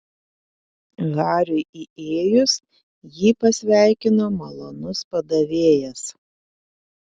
hariui įėjus jį pasveikino malonus padavėjas